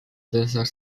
desert